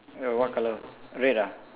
eh what color red ah